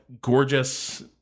gorgeous